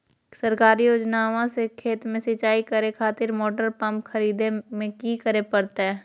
सरकारी योजना से खेत में सिंचाई करे खातिर मोटर पंप खरीदे में की करे परतय?